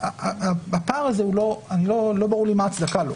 הפער הזה, לא ברור לי מה ההצדקה לו.